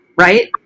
right